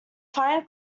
fine